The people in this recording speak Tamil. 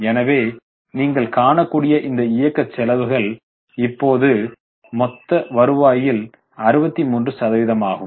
எனவே நீங்கள் காணக்கூடிய இந்த இயக்க செலவுகள் இப்போது மொத்த வருவாயில் 63 சதவீதமாகும்